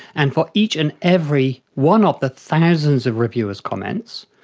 and for each and every one of the thousands of reviewers' comments,